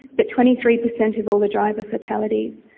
but twenty three percent of all the driver fatalities.